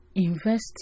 Invest